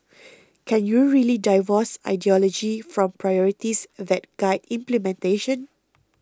can you really divorce ideology from priorities that guide implementation